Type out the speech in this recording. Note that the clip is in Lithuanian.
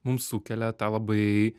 mums sukelia tą labai